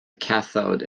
cathode